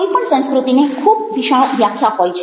કોઈ પણ સંસ્કૃતિને ખૂબ વિશાળ વ્યાખ્યા હોય છે